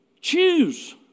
Choose